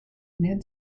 ned